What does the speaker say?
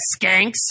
skanks